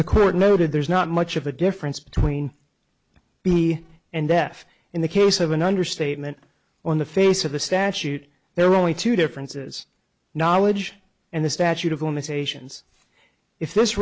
the court noted there's not much of a difference between b and deaf in the case of an understatement on the face of the statute there are only two differences knowledge and the statute of limitations if this